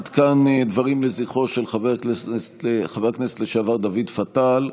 עד כאן דברים לזכרו של חבר הכנסת לשעבר דוד פתל.